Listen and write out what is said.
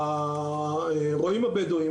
הרועים הבדווים